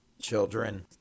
children